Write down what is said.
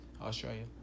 Australia